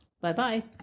Bye-bye